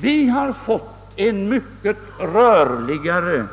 Vi har fått en mycket rörligare